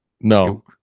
no